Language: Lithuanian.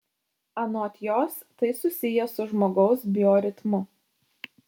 anot jos tai susiję su žmogaus bioritmu